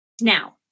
Now